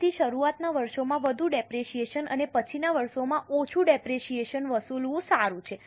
તેથી શરૂઆતના વર્ષોમાં વધુ ડેપરેશીયેશન અને પછીના વર્ષોમાં ઓછું ડેપરેશીયેશન વસૂલવું સારું છે